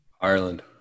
Ireland